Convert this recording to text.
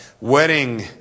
wedding